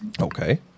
Okay